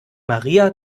maria